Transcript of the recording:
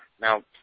now